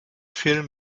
film